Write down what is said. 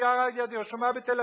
רשומה בתל-אביב,